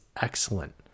excellent